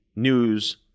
News